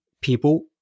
people